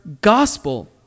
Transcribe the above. gospel